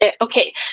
Okay